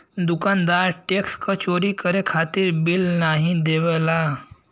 दुकानदार टैक्स क चोरी करे खातिर बिल नाहीं देवला